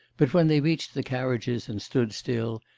but when they reached the carriages and stood still,